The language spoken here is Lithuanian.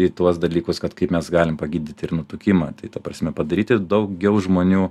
į tuos dalykus kad kaip mes galim pagydyti ir nutukimą tai ta prasme padaryti daugiau žmonių